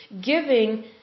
giving